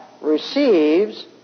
receives